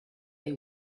they